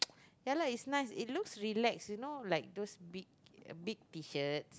ya lah is nice it look relax you know like those big big T-shirts